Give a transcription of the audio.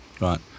Right